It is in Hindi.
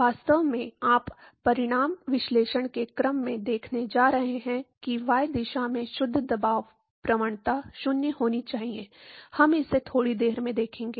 वास्तव में आप परिमाण विश्लेषण के क्रम से देखने जा रहे हैं कि y दिशा में शुद्ध दबाव प्रवणता 0 होनी चाहिए हम इसे थोड़ी देर में देखेंगे